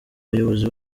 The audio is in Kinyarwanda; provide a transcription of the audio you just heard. bayobozi